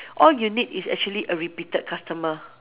all you need is actually a repeated customer